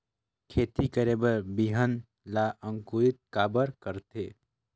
खेती करे बर बिहान ला अंकुरित काबर करथे?